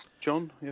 John